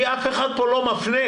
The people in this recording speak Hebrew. כי אף אחד פה לא מפנה.